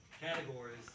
categories